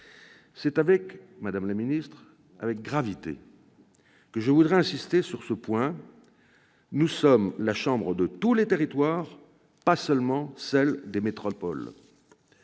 C'est avec gravité, madame la ministre, que je voudrais insister sur ce point : nous sommes la chambre de tous les territoires, pas seulement celle des métropoles